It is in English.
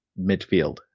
Midfield